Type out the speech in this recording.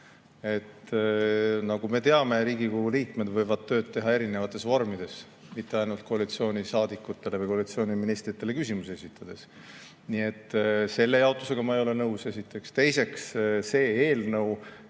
Nagu me teame, Riigikogu liikmed võivad tööd teha erinevates vormides, mitte ainult koalitsioonisaadikutele või ministritele küsimusi esitades. Nii et selle jaotusega ma ei ole nõus, seda esiteks. Teiseks, see eelnõu